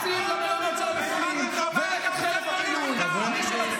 ולדעת לא להיות פופוליסטיים ולשים את המגבלות.